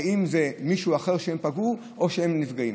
האם זה מישהו אחר שהם פגעו בו, או שהם נפגעים?